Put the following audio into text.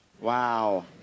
wow